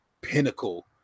pinnacle